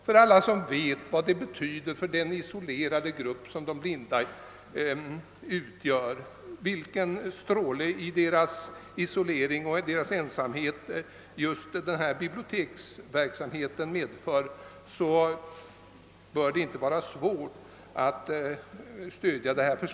För alla som vet vad biblioteksverksamheten betyder för att bryta de blindas isolering och vet till vilken glädje den är i deras ensamhet, bör det inte vara svårt att stödja vårt förslag.